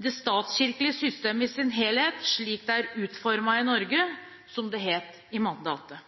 det statskirkelige system i sin helhet slik det er utformet» i Norge, som det het i mandatet.